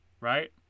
right